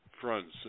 fronts